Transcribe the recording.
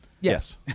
Yes